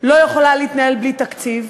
לא יכולה להתנהל בלי תקציב,